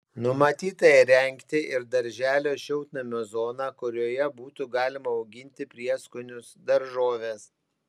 numatyta įrengti ir darželio šiltnamio zoną kurioje būtų galima auginti prieskonius daržoves